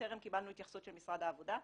טרם קיבלנו התייחסות של משרד העבודה.